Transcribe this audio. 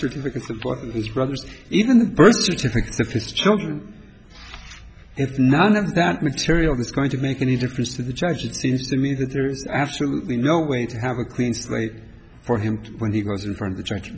certificates of his brother's even birth certificates of his children if none of that material is going to make any difference to the judge it seems to me that there is absolutely no way to have a clean slate for him when he goes in front of the church